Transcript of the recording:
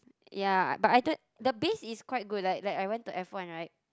ya but I don't the bass is quite good like like I went to F-one right